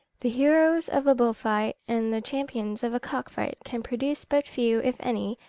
the heroes of a bull-fight, and the champions of a cock-fight, can produce but few, if any,